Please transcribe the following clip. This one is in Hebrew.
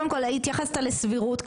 קודם כל התייחסת לסבירות,